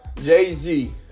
Jay-Z